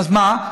אז מה?